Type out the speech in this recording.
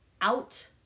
out